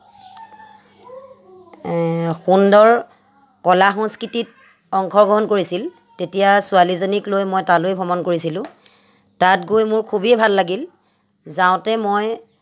সুন্দৰ কলা সংস্কৃতিত অংশগ্ৰহণ কৰিছিল তেতিয়া ছোৱালীজনীক লৈ মই তালৈ ভ্ৰমণ কৰিছিলোঁ তাত গৈ মোৰ খুবেই ভাল লাগিল যাওঁতে মই